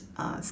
uh